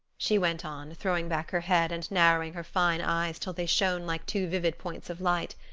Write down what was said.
she went on, throwing back her head and narrowing her fine eyes till they shone like two vivid points of light.